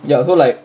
ya so like